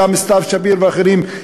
סתיו שפיר ואחרים,